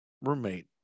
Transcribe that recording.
roommate